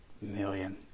million